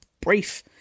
brief